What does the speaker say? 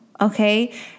okay